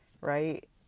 right